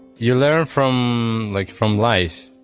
you learn from like, from life.